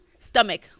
stomach